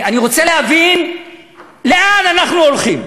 אני רוצה להבין לאן אנחנו הולכים.